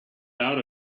out